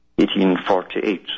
1848